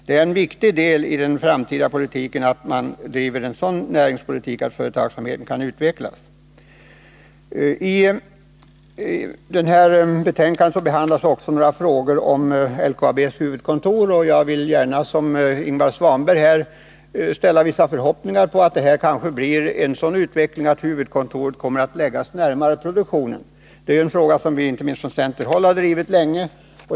Det är viktigt för framtiden att vi driver en sådan politik att företagsamheten kan utvecklas. I betänkandet behandlas också några frågor om LKAB:s huvudkontor. Liksom Ingvar Svanberg hoppas jag att huvudkontoret kommer att läggas närmare produktionen. Det är en fråga som vi inte minst från centerhåll länge har drivit.